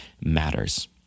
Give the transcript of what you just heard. matters